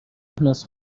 مهناز